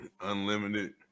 unlimited